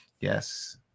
Yes